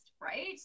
right